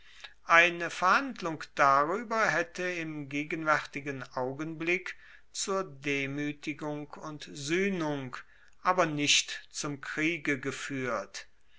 eine verhandlung darueber haette im gegenwaertigen augenblick zur demuetigung und suehnung aber nicht zum kriege gefuehrt